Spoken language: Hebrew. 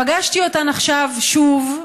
פגשתי אותן עכשיו שוב,